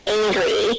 angry